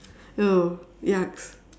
!eww! yucks